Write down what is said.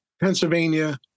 Pennsylvania